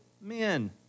men